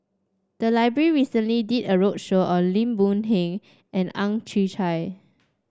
the library recently did a roadshow on Lim Boon Heng and Ang Chwee Chai